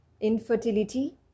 infertility